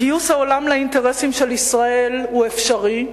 גיוס העולם לאינטרסים של ישראל הוא אפשרי,